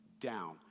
down